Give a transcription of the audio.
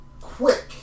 quick